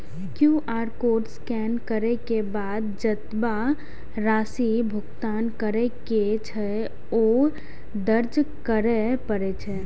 QR code scan करै के बाद जेतबा राशि भुगतान करै के छै, ओ दर्ज करय पड़ै छै